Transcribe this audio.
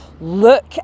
look